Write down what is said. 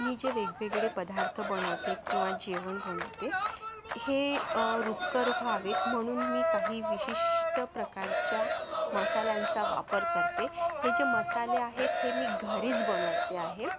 मी जे वेगवेगळे पदार्थ बनवते किंवा जेवण बनवते हे रुचकर व्हावेत म्हणून मी काही विशिष्ट प्रकारच्या मसाल्यांचा वापर करते हे जे मसाले आहेत हे मी घरीच बनवते आहे